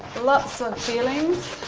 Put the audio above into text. lots of feelings,